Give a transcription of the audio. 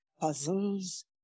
Puzzles